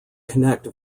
connect